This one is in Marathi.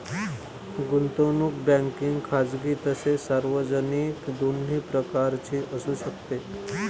गुंतवणूक बँकिंग खाजगी तसेच सार्वजनिक दोन्ही प्रकारची असू शकते